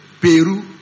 Peru